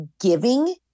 giving